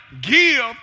give